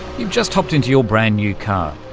you've just hopped into your brand new car,